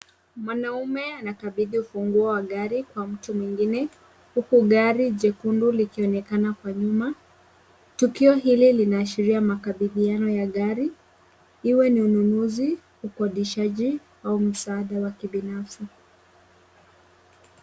Mwanaume anakabidhi ufunguo wa gari kwa mtu mwingine huku gari jekundu likionekana kwa nyuma. tukio hili linaashiria makabidhiano ya gari, iwe ni ununuzi, ukodishaji au msaada wa kibinafsi.